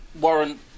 Warren